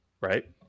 right